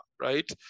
right